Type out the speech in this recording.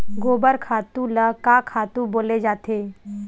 गोबर खातु ल का खातु बोले जाथे?